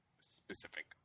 specific